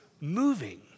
moving